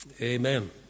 Amen